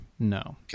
No